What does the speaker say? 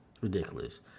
Ridiculous